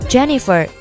Jennifer